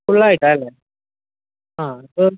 full ആയിട്ടാണ് അല്ലേ ആ തോന്നി